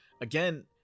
Again